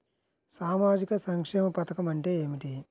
సామాజిక సంక్షేమ పథకం అంటే ఏమిటి?